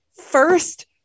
first